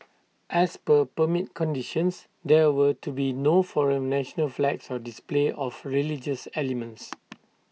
as per permit conditions there were to be no foreign national flags or display of religious elements